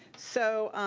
so,